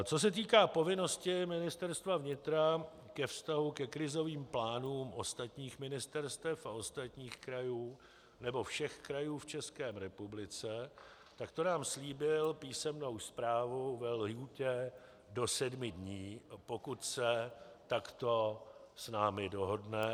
Co se týká povinnosti Ministerstva vnitra ke vztahu ke krizovým plánům ostatních ministerstev a ostatních krajů, nebo všech krajů v České republice, tak to nám slíbil písemnou zprávu ve lhůtě do sedmi dní, pokud se takto s námi dohodne.